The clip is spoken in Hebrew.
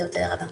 זהו, תודה רבה.